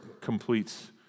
completes